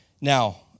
Now